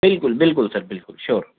بالکل بالکل سر بالکل شیور